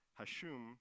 Hashum